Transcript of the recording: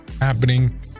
happening